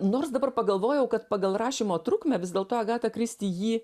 nors dabar pagalvojau kad pagal rašymo trukmę vis dėlto agata kristi jį